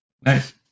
Nice